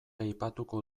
aipatuko